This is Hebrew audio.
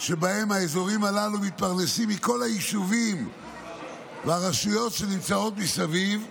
שבהם האזורים הללו מתפרנסים מכל היישובים והרשויות שנמצאות מסביב,